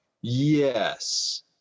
Yes